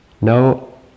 no